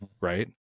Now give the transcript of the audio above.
right